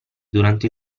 durante